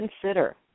consider